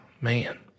Man